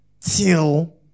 till